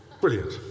Brilliant